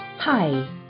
Hi